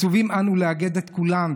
מצֻווים אנו לאגד את כולם,